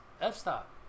F-stop